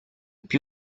più